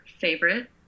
favorite